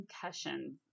concussion